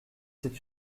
c’est